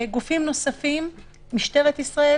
גופים נוספים, משטרת ישראל